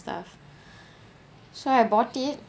stuff so I bought it